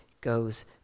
goes